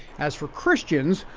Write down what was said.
as for christians,